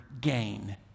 gain